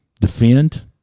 defend